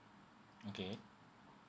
okay